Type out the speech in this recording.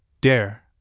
dare